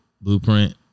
blueprint